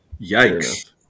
Yikes